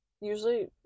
Usually